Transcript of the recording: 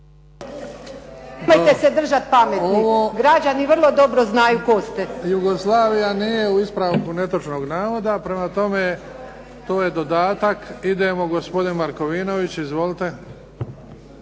Nemojte se držati pameti. Građani vrlo dobro znaju tko ste. **Bebić, Luka (HDZ)** Ovo Jugoslavija nije u ispravku netočnog navoda. Prema tome, to je dodatak. Idemo gospodin Markovinović. Izvolite.